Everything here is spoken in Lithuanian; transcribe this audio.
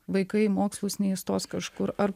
vaikai į mokslus neįstos kažkur ar